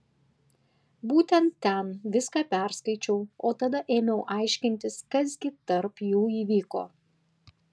būtent ten viską perskaičiau o tada ėmiau aiškintis kas gi tarp jų įvyko